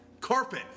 Carpet